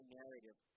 narrative